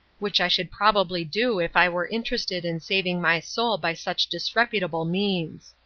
which i should probably do if i were interested in saving my soul by such disreputable means.